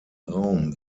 raum